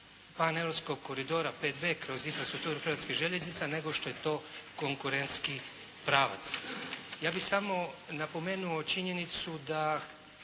paneuropskog koridora 5B kroz infrastrukturu Hrvatskih željeznica nego što je to konkurentski pravac. Ja bih samo napomenuo činjenicu da